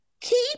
keep